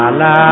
la